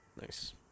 Nice